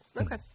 Okay